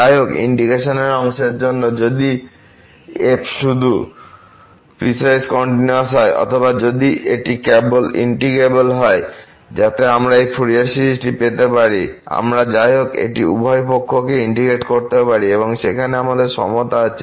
যাইহোক ইন্টিগ্রেশন অংশের জন্য যদি f শুধু পিসওয়াইস কন্টিনিউয়াস হয় অথবা যদি এটি কেবল ইন্টিগ্রেবল হয় যাতে আমরা এই ফুরিয়ার সিরিজটি পেতে পারি আমরা যাইহোক এটি উভয় পক্ষকে ইন্টিগ্রেট করতে পারি এবং সেখানে আমাদের সমতা আছে